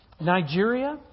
Nigeria